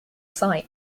site